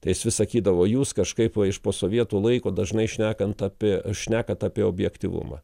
tai jis vis sakydavo jūs kažkaip iš po sovietų laiko dažnai šnekant apie šnekat apie objektyvumą